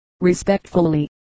Respectfully